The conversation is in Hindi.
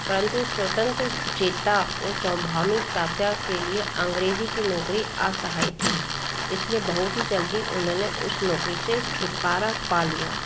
परन्तु स्वतंत्र चेता को संभावित तात्या के लिए अंग्रेजी की नौकरी आसहाय थी इसलिए बहुत ही जल्दी उन्होंने उस नौकरी से छुटकारा पा लिया